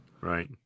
right